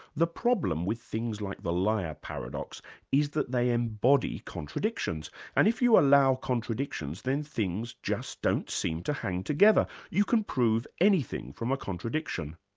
the problem with things like the liar paradox is that they embody contradictions and if you allow contradictions then things just don't seem to hang together you can prove anything from a contradiction.